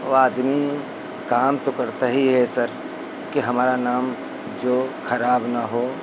वह आदमी काम तो करता ही है सर कि हमारा नाम जो खराब न हो